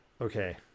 okay